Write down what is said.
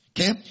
Okay